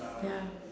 ya